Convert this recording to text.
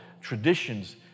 traditions